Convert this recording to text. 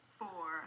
four